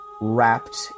wrapped